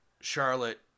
charlotte